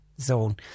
zone